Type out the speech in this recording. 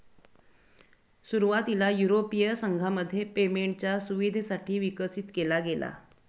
सुरुवातीला युरोपीय संघामध्ये पेमेंटच्या सुविधेसाठी विकसित केला गेला